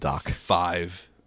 five